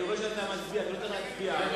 אני רואה שאתה מצביע, ודאי,